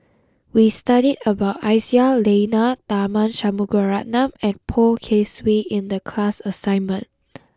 we studied about Aisyah Lyana Tharman Shanmugaratnam and Poh Kay Swee in the class assignment